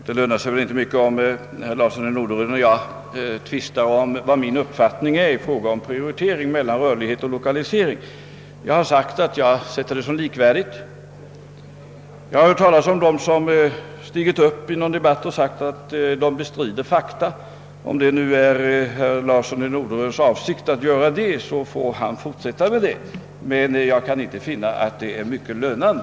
Herr talman! Det tjänar väl inte mycket till att herr Larsson i Norderön och jag tvistar om vilken uppfattning jag har i fråga om prioritering mellan rörlighet och lokalisering. Jag har sagt att jag betraktar dem som likvärdiga. Jag har hört talas om folk som går upp i en debatt och bestrider fakta. Om det nu är herr Larssons i Norderön avsikt att göra det, får han fortsätta därmed, men jag kan inte finna att det är mycket lönande.